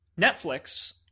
Netflix